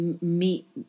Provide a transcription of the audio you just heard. meet